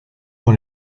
pour